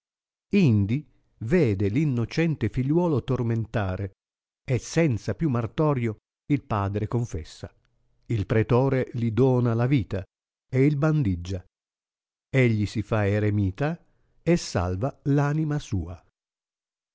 vede l innocente figliuolo tormentare e senza più martorio il padre confessa il pretore li dona la vita ed il bandiggia egli si fa eremita e salva l anima sua